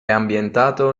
ambientato